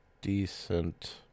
decent